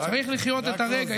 צריך לחיות את הרגע,